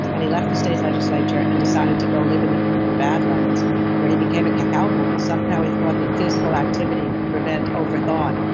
and he left the state legislature and decided to go live in the badlands where he became a cowboy. somehow he thought that physical activity could prevent over thought,